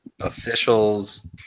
Officials